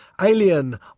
Alien